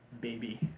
baby